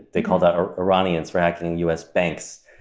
they called out ah iranians for hacking us banks.